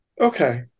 Okay